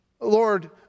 Lord